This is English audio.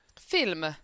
Film